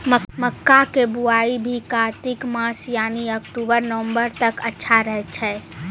मक्का के बुआई भी कातिक मास यानी अक्टूबर नवंबर तक अच्छा रहय छै